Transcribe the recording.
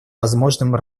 возможным